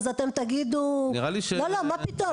אז אתם תגידו לא לא מה פתאום,